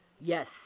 Yes